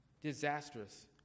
Disastrous